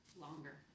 longer